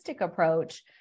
approach